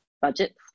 budgets